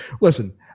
listen